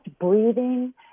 breathing